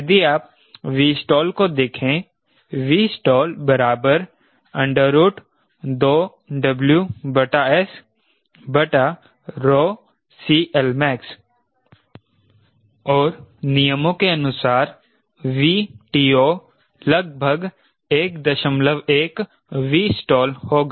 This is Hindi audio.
यदि आप 𝑉stall को देखें 𝑉stall 2WSCLmax और नियमों के अनुसार 𝑉TO लगभग 11 𝑉stall होगा